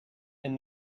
and